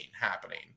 happening